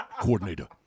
coordinator